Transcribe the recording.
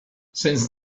since